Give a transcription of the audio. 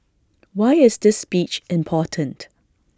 why is this speech important